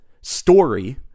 story